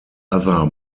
other